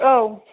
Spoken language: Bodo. औ